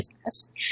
business